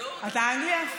אני אנגליה.